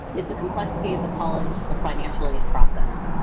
is the complexity of the college financial aid process.